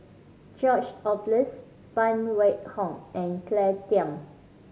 George Oehlers Phan Wait Hong and Claire Tham